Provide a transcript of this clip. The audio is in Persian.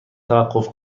توقف